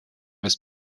bez